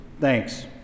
Thanks